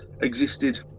existed